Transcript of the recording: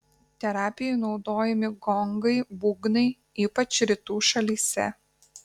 terapijai naudojami gongai būgnai ypač rytų šalyse